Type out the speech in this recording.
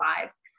lives